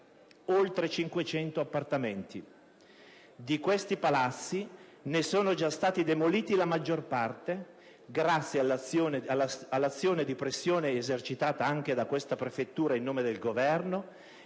oltre 500 appartamenti. Di questi palazzi ne sono già stati demoliti la maggior parte, grazie all'azione di pressione esercitata anche da questa prefettura in nome del Governo,